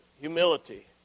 humility